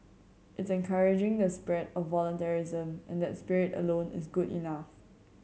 it's encouraging the spread of voluntarism and that spirit alone is good enough